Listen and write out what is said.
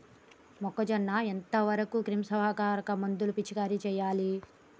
మొక్కజొన్న ఎంత వరకు క్రిమిసంహారక మందులు పిచికారీ చేయాలి?